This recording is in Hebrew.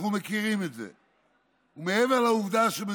זה לא בוועדה בכלל.